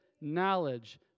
knowledge